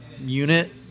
unit